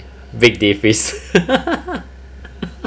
big day feast